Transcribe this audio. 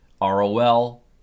ROL